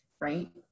Right